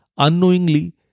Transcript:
Unknowingly